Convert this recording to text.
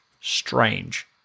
strange